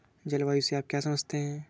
जलवायु से आप क्या समझते हैं?